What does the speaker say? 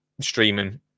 streaming